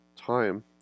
time